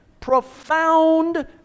profound